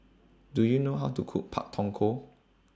Do YOU know How to Cook Pak Thong Ko